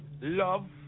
love